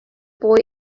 boy